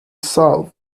solved